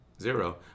zero